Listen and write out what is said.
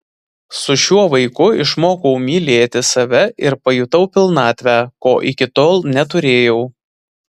su šiuo vaiku išmokau mylėti save ir pajutau pilnatvę ko iki tol neturėjau